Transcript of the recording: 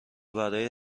برای